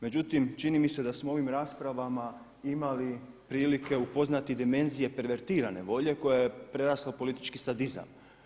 Međutim, čini mi se da smo ovim raspravama imali prilike upoznati dimenzije pervertirane volje koja je prerasla u politički sadizam.